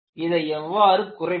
இதை எவ்வாறு குறைப்பது